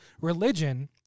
religion